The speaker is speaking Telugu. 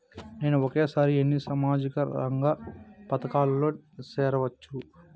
నేను ఒకేసారి ఎన్ని సామాజిక రంగ పథకాలలో సేరవచ్చు?